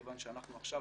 בגלל שאנחנו עכשיו